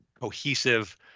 cohesive